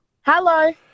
Hello